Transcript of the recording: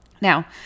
Now